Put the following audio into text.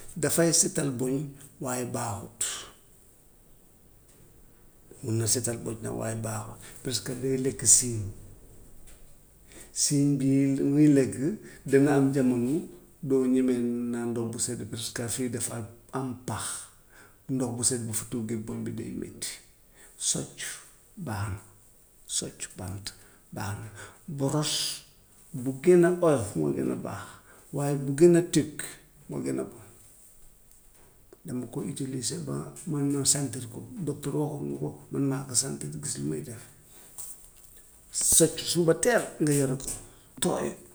Dafay setal bëñ waaye baaxut, mun na setal bëñ nag waaye baaxut, parce que day lekk siiñ. Siiñ bii muy lekk dana am jamono doo ñemee naan ndox bu sedd parce que fii dafa am pax, ndox bu sedd bu fa duggee bëñ bi day metti. Socc baax na, socc bant baax na, boros bu gën a oyof moo gën a baax, waaye bu gën a tëkk moo gën a bon dama ko utiliser ba man ma sentir ko, docreur waxuma ko, man maa ko sentir gis lu muy def socc subateel nga yore ko tooy.